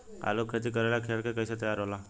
आलू के खेती करेला खेत के कैसे तैयारी होला?